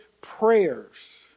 prayers